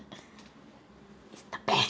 the best